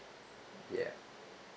ya